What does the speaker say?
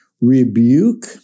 rebuke